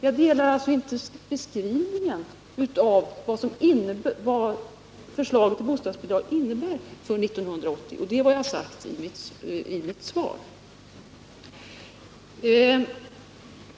Jag accepterar inte Ingegerd Troedssons beskrivning av vad förslaget till bostadsbidrag innebär 1980, och det har jag sagt i mitt svar.